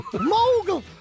Mogul